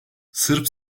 sırp